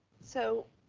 so